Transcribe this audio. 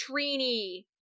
Trini